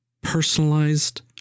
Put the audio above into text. personalized